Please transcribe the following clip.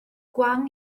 gwan